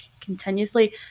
continuously